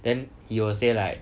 then he will say like